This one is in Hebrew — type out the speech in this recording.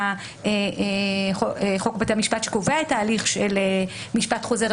לפי חוק בתי המשפט שקובע את ההליך של משפט חוזר,